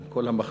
עם כל המחלוקת,